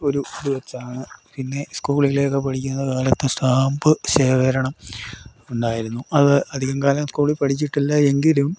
ഒരു ഇത് വെച്ചാണ് പിന്നെ സ്കൂളിലേക്ക പഠിക്കുന്ന കാലത്ത് സ്റ്റാമ്പ് ശേഖരണം ഉണ്ടായിരുന്നു അത് അധികം കാലം സ്കൂളിൽ പഠിച്ചിട്ടില്ല എങ്കിലും